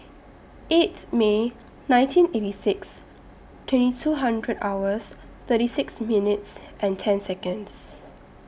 eighth May nineteen eighty six twenty two hundred hours thirty six minutes and ten Seconds